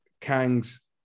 Kang's